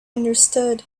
understood